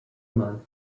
month